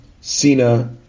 Cena